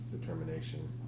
determination